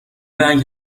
رنگ